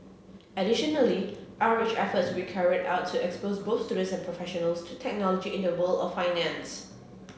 additionally outreach efforts will carried out to expose both student and professionals to technology in the world of finance